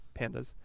pandas